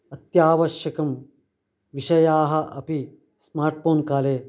अत्यावश्यकं विषयाः अपि स्मार्ट् पोन् काले